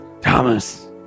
Thomas